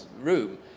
room